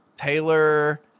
taylor